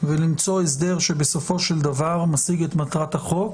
ולמצוא הסדר שבסופו של דבר משיג את מטרת החוק,